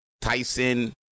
Tyson